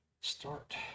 Start